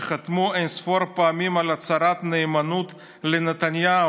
שחתמו אין-ספור פעמים על הצהרת נאמנות לנתניהו.